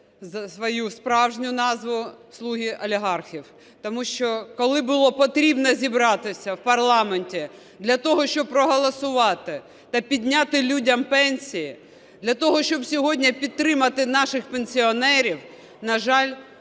свою справжню назву - "слуги олігархів". Тому що, коли було потрібно зібратися в парламенті для того, щоб проголосувати та підняти людям пенсії, для того, щоб сьогодні підтримати наших пенсіонерів, на жаль,